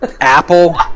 Apple